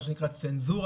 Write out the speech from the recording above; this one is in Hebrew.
מה שנקרא צנזורה.